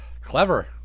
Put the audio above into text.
clever